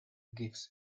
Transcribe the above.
gives